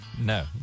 No